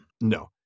No